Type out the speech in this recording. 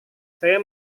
saya